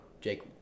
Jake